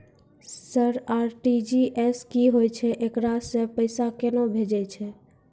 Sir RTGS की होय छै, एकरा से पैसा केना भेजै छै?